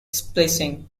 splicing